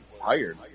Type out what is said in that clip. hired